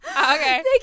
okay